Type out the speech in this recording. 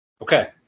Okay